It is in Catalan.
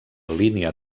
línia